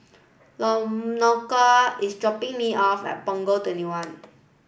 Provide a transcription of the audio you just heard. is dropping me off at Punggol twenty one